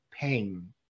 pain